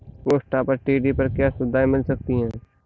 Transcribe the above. Post office TD पर क्या सुविधाएँ मिल सकती है?